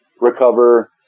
recover